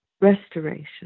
restoration